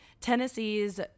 Tennessee's